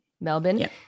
Melbourne